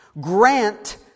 Grant